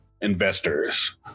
investors